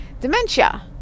dementia